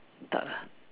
tak lah